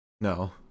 No